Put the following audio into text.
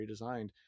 redesigned